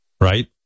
right